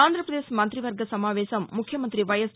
ఆంధ్రప్రదేశ్ మంత్రివర్గ సమావేశం ముఖ్యమంతి వైఎస్